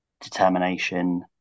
determination